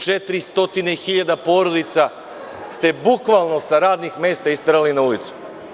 Četiri stotine porodica ste bukvalno sa radnih mesta isterali na ulicu.